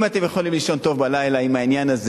אם אתם יכולים לישון טוב בלילה עם העניין הזה